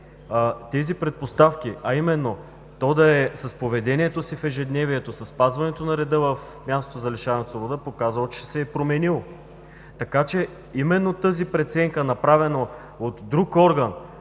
тези предпоставки, а именно то с поведението си в ежедневието, със спазването на реда в мястото за лишаване от свобода да е показало, че се е променило. Именно преценката, направена от друг орган,